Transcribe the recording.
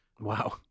Wow